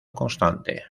constante